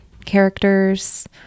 characters